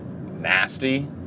nasty